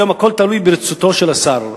היום הכול תלוי ברצונו של השר.